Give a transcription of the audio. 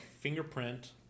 fingerprint